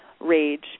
rage